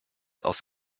aus